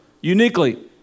Uniquely